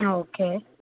okay